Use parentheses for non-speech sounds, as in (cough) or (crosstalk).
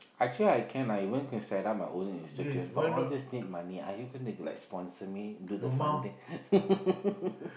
actually I can even like set up my own institute but all these need money are you gonna like sponsor me do the funding (laughs)